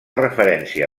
referència